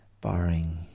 barring